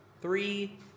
three